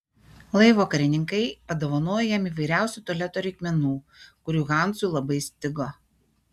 laivo karininkai padovanojo jam įvairiausių tualeto reikmenų kurių hansui labai stigo